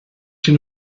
une